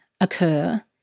occur